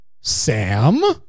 Sam